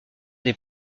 des